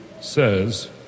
says